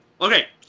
Okay